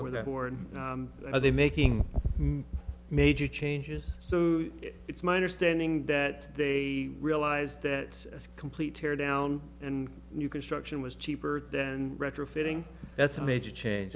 before that who are they making major changes so it's my understanding that they realize that a complete tear down and new construction was cheaper than retrofitting that's a major change